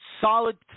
solid